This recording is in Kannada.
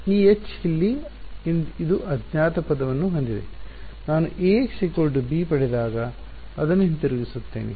ಈ H ಇಲ್ಲಿ ಇದು ಅಜ್ಞಾತ ಪದವನ್ನು ಹೊಂದಿದೆ ನಾನು Ax b ಪಡೆದಾಗ ಅದನ್ನು ಹಿಂತಿರುಗಿಸುತ್ತೇನೆ